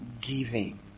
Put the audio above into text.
giving